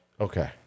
Okay